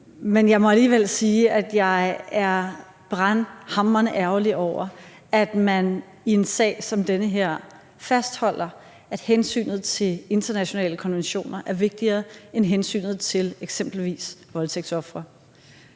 men jeg må alligevel sige, at jeg er brandhamrende ærgerlig over, at man i en sag som den her fastholder, at hensynet til internationale konventioner er vigtigere end hensynet til eksempelvis voldtægtsofre.